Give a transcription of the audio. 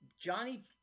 Johnny